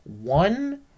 One